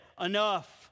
enough